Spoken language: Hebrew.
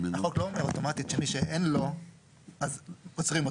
החוק לא אומר שמי שאין לו אשרת עולה אוטומטית עוצרים אותו.